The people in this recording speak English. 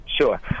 Sure